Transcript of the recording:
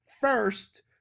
first